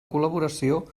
col·laboració